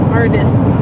artists